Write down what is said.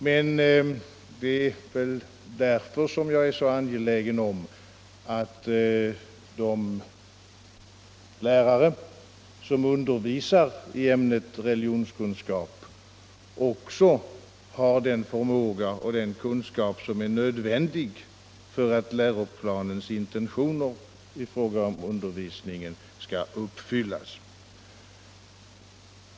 Men det är väl därför jag är så angelägen om att de lärare som undervisar i ämnet religionskunskap också har den förmåga och de kunskaper som är nödvändiga för att läroplanens intentioner i fråga om undervisningen skall uppfyllas.